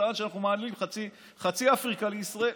טען שאנחנו מעלים חצי אפריקה לישראל.